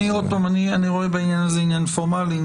אני רואה בעניין הזה עניין פורמאלי.